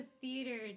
theater